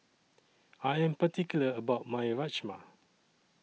I Am particular about My Rajma